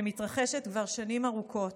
שמתרחשת כבר שנים ארוכות,